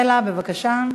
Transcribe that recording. בבקשה.